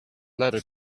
letter